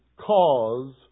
cause